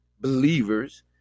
believers